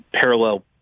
parallel